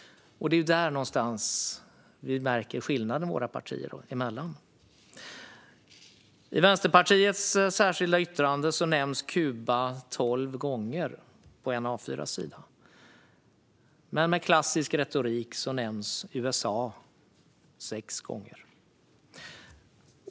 Det är där någonstans vi märker skillnaden våra partier emellan. I Vänsterpartiets särskilda yttrande nämns Kuba tolv gånger på en A4-sida, men med klassisk retorik nämns USA sex gånger.